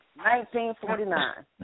1949